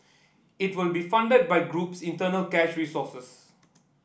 it will be funded by group's internal cash resources